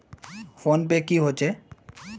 Phone पै की होचे?